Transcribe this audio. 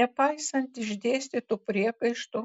nepaisant išdėstytų priekaištų